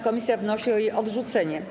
Komisja wnosi o jej odrzucenie.